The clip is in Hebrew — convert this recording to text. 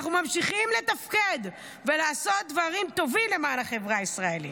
אנחנו ממשיכים לתפקד ולעשות דברים טובים למען החברה הישראלית.